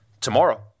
tomorrow